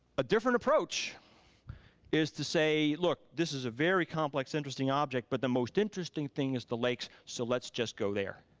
a different approach is to say look, this is a very complex interesting object, but the most interesting thing is the lakes so let's just go there.